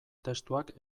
testuak